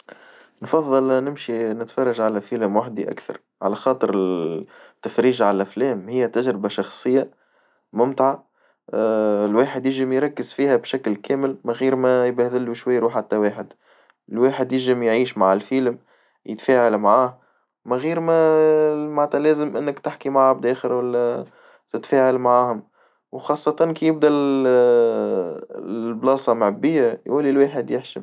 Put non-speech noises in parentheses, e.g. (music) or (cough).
نفظل نمشي نتفرج على فيلم وحدي أكثر، على خاطر التفريج على الأفلام هي تجربة شخصية ممتعة (hesitation) الواحد يجم يركز فيها بشكل كامل من غير ما يبهدل له شوية روح حتى واحد الواحد ينجم يعيش مع الفيلم يتفاعل معه من غير ما (hesitation) معنتها لازم إنك تحكي معهم بدى آخر تتفاعل معاهم وخاصة كيف دي البلاصة معبية يقول الواحد يحشم.